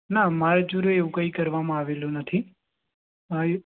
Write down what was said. ના મારી જોડે એવું કંઈ કરવામાં આવેલું નથી